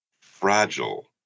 fragile